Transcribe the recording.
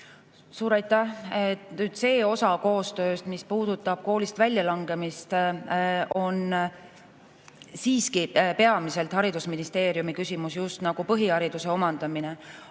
Suur aitäh! See osa koostööst, mis puudutab koolist väljalangemist, on siiski peamiselt haridusministeeriumi küsimus, just nagu põhihariduse omandaminegi.